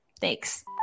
Thanks